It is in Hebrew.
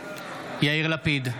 יאיר לפיד,